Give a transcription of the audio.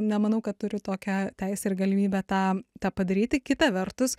nemanau kad turiu tokią teisę ir galimybę tą tą padaryti kita vertus